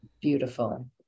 Beautiful